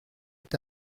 est